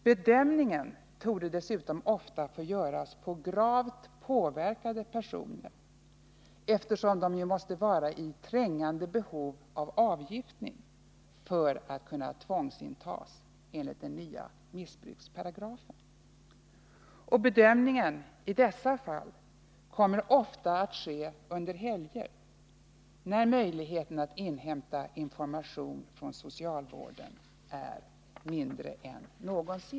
Bedömningen torde dessutom ofta få göras på gravt påverkade personer, eftersom de ju måste vara i trängande behov av avgiftning för att kunna tvångsintas enligt den nya missbruksparagrafen. Bedömningen i dessa fall kommer ofta att ske under helger när möjligheten att inhämta information från socialvården är mindre än annars.